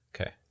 Okay